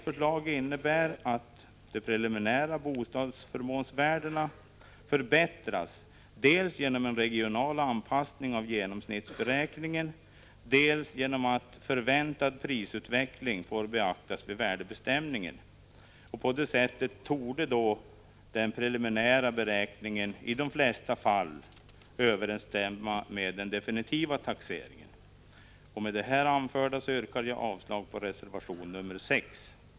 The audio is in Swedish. Förslaget innebär att de preliminära bostadsförmånsvärdena förbättras dels genom en regional anpassning av genomsnittsberäkningen, dels genom att förväntad prisutveckling får beaktas vid värdebestämningen. På det sättet torde den preliminära beräkningen i många fall överensstämma med den definitiva taxeringen. Med det här anförda yrkar jag avslag på reservation 6.